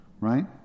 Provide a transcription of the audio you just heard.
right